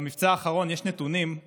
במבצע האחרון יש נתונים על